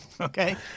okay